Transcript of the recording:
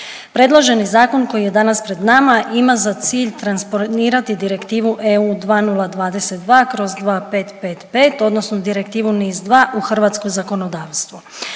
Predloženi zakon koji je danas pred nama ima za cilj transponirati Direktivu EU 2022/2555 odnosno Direktivu NIS2 u hrvatsko zakonodavstvo.